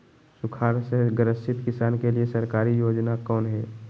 सुखाड़ से ग्रसित किसान के लिए सरकारी योजना कौन हय?